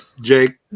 Jake